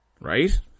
Right